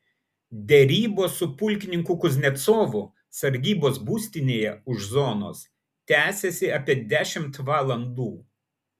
derybos su pulkininku kuznecovu sargybos būstinėje už zonos tęsėsi apie dešimt valandų